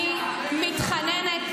אני מתחננת,